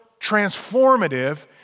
transformative